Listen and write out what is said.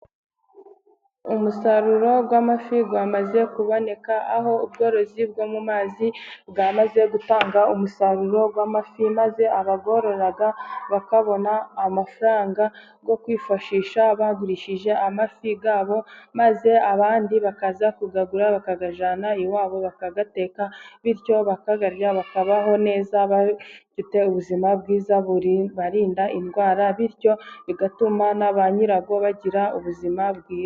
Umusaruro w'amafi wamaze kuboneka, aho ubworozi bwo mu mazi bwamaze gutanga umusaruro w'amafi, maze abayorora bakabona amafaranga yo kwifashisha bagurishije amafi yabo, maze abandi bakaza kuyagura, bakagajyana iwabo bakayateka, bityo bakayarya, bakabaho neza bafite ubuzima bwiza bubarinda indwara, bityo bigatuma na ba nyirawo bagira ubuzima bwiza.